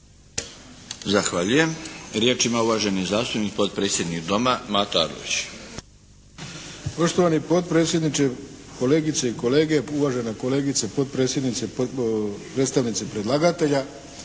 Zahvaljujem. Riječ ima uvaženi zastupnik potpredsjednik Doma Mato Arlović.